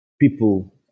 people